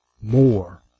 more